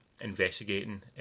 investigating